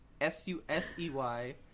S-U-S-E-Y